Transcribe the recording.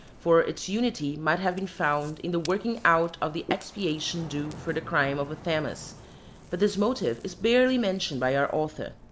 for its unity might have been found in the working out of the expiation due for the crime of athamas but this motive is barely mentioned by our author.